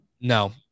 no